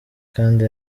kandi